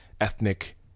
ethnic